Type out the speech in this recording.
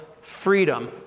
freedom